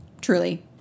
truly